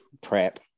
prep